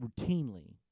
routinely